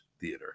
Theater